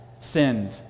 sinned